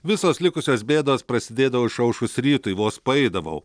visos likusios bėdos prasidėdavo išaušus rytui vos paeidavau